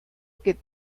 que